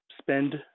spend